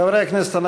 חברי הכנסת,